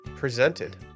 Presented